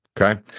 okay